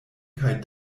kaj